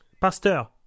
Pasteur